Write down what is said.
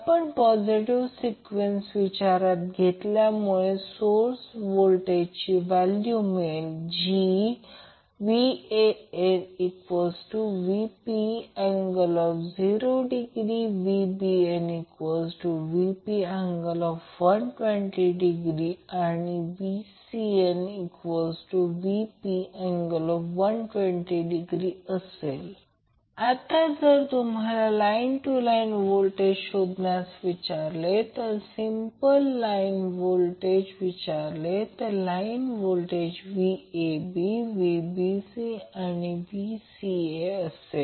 आपण positive sequence विचारात घेतल्यामुळे सोर्स व्होल्टेजची व्हॅल्यू मिळेल VanVp ∠ 0° VbnVp ∠ 120° VcnVp ∠ 120° आता जर तुम्हाला लाईन टू लाईन व्होल्टेज शोधण्यास विचारले किंवा सिम्पल लाईन व्होल्टेज विचारले तर लाईन व्होल्टेज Vab Vbc किंवा Vca असेल